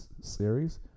Series